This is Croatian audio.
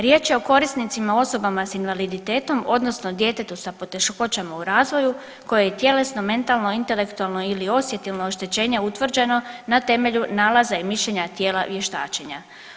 Riječ je o korisnicima, osobama sa invaliditetom, odnosno djetetom sa poteškoćama u razvoju kojem je i tjelesno, mentalno, intelektualno ili osjetilno oštećenje utvrđeno na temelju nalaza i mišljenja tijela vještačenje.